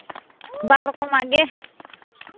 ᱵᱟᱨ ᱨᱚᱠᱚᱢᱟᱜ ᱜᱮ